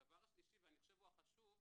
הדבר השלישי ואני חושב, הוא החשוב,